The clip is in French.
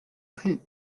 plut